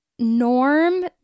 norm